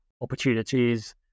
opportunities